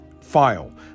File